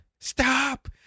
Stop